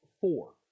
four